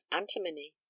antimony